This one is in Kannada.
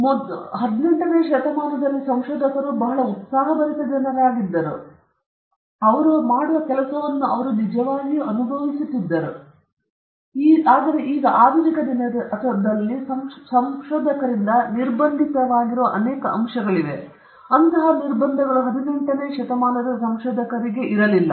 ಮುಂಚಿನ ದಿನಗಳಲ್ಲಿ ಹೆಚ್ಚಿನ ಸಂಶೋಧಕರು ಬಹಳ ಉತ್ಸಾಹಭರಿತ ಜನರಾಗಿದ್ದರು ಮತ್ತು ಅವರು ಏನು ಮಾಡುತ್ತಿದ್ದಾರೆಂಬುದನ್ನು ಅವರು ನಿಜವಾಗಿಯೂ ಅನುಭವಿಸುತ್ತಿದ್ದರು ಮತ್ತು ಆಧುನಿಕ ದಿನ ಸಮಕಾಲೀನ ದಿನ ಸಂಶೋಧಕರಿಂದ ನಿರ್ಬಂಧಿತವಾಗಿರುವ ಅನೇಕ ಅಂಶಗಳಿಂದ ಅವುಗಳನ್ನು ನಿರ್ಬಂಧಿಸಲಾಗಲಿಲ್ಲ